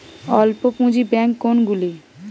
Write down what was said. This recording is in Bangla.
অল্প পুঁজি ব্যাঙ্ক কোনগুলি?